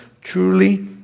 truly